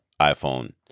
iPhone